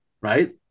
right